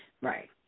right